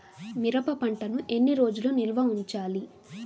మిరప పంటను ఎన్ని రోజులు నిల్వ ఉంచాలి?